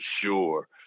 sure